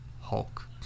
Hulk